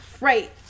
Right